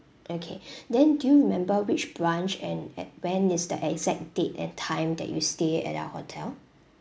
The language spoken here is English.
okay then do you remember which branch and at when is the exact date and time that you stay at our hotel